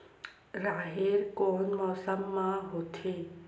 राहेर कोन मौसम मा होथे?